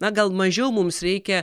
na gal mažiau mums reikia